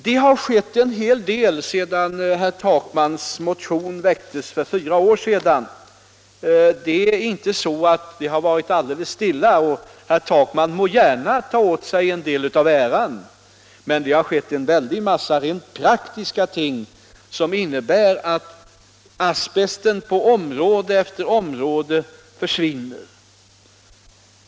Det har skett en hel del sedan herr Takmans motion väcktes för fyra år sedan. Det är inte så att det har varit helt stilla. Herr Takman må gärna ta åt sig en del av äran, men det har skett en väldig massa rent praktiska ting som innebär att asbesten på område efter område försvinner.